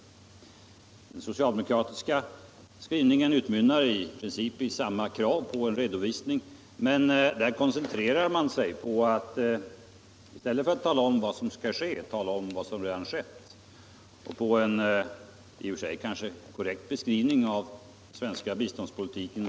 Den socialdemokratiska skrivningen utmynnar i princip i samma krav på redovisning, men den koncentrerar sig i stället för på vad som skall ske på vad som redan skett. Men vi tycker inte att det är det allra viktigaste.